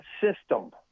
system